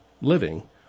living